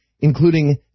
including